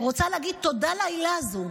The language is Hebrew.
רוצה להגיד תודה על העילה הזו,